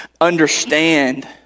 understand